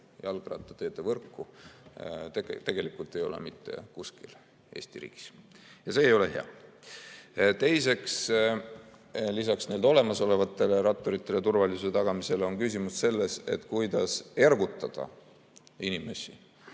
jalgrattateede võrku tegelikult ei ole mitte kuskil Eesti riigis. Ja see ei ole hea. Teiseks, lisaks olemasolevate ratturite turvalisuse tagamisele on küsimus selles, kuidas ergutada inimesi,